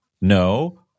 no